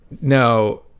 No